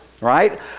right